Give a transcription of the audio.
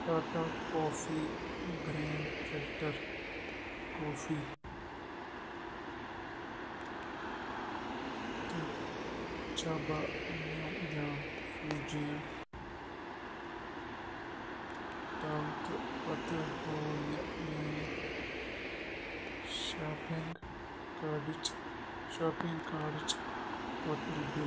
Tata coffee grand filter coffee تہٕ چھا با مٮ۪وٕ جام فرٛوٗٹ جیم ہٹاو تہٕ پَتہٕ ہاو مےٚ میٛانہِ شاپنٛگ کارڈٕچ شاپِنٛگ کارڈٕچ ٹوٹل بِل